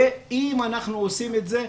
אם אנחנו עושים את זה,